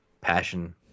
passion